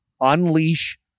unleash